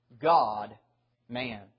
God-Man